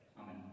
Amen